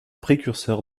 précurseur